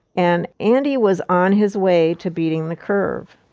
and andy was on his way to beating the curve.